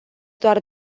doar